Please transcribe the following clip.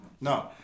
No